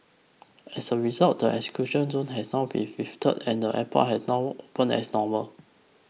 as a result the exclusion zone has now been lifted and airport had know open as normal